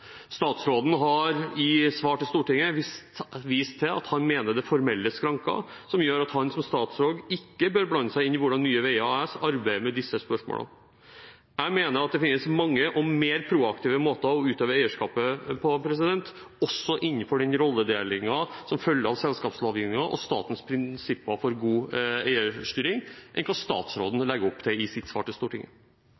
Statsråden har i svar til Stortinget vist til at han mener det er formelle skranker som gjør at han som statsråd ikke bør blande seg inn i hvordan Nye Veier AS arbeider med disse spørsmålene. Jeg mener at det finnes mange og mer proaktive måter å utøve eierskapet på, også innenfor den rolledelingen som følger av selskapslovgivingen og statens prinsipper for god eierstyring, enn hva statsråden